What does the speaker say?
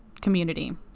community